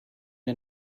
der